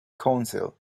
council